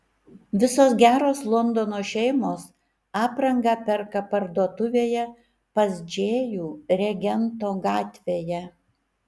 visos geros londono šeimos aprangą perka parduotuvėje pas džėjų regento gatvėje